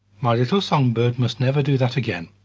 my little songbird must never do that again.